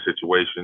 situation